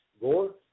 Gore